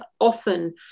often